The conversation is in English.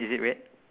is it red